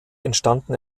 entstanden